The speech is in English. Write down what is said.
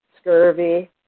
scurvy